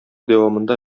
дәвамында